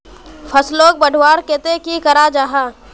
फसलोक बढ़वार केते की करा जाहा?